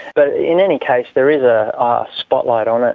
but in any case there is a ah spotlight on it,